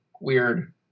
weird